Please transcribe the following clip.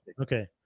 Okay